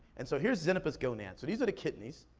and so here's xenopus gonads. so these are the kidneys,